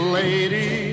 lady